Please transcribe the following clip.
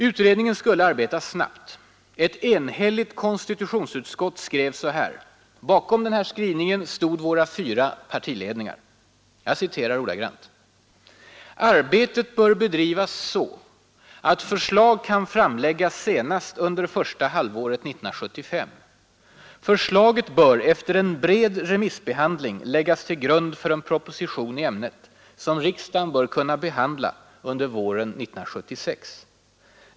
Utredningen skulle arbeta snabbt. Ett enhälligt konstitutionsutskott skrev så här, och bakom den skrivningen stod våra fyra partiledningar: ”Arbetet bör bedrivas så att förslag kan framläggas senast under första halvåret 1975. Förslaget bör efter en bred remissbehandling läggas till grund för en proposition i ämnet, som riksdagen bör kunna behandla under våren 1976.